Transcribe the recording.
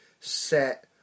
set